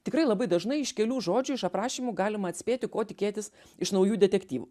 tikrai labai dažnai iš kelių žodžių iš aprašymų galima atspėti ko tikėtis iš naujų detektyvų